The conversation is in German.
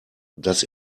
das